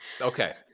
Okay